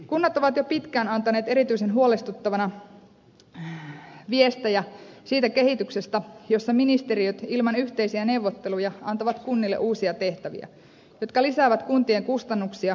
kunnat ovat jo pitkään antaneet erityisen huolestuttavia viestejä siitä kehityksestä jossa ministeriöt ilman yhteisiä neuvotteluja antavat kunnille uusia tehtäviä jotka lisäävät kuntien kustannuksia ja vastuita